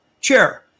chair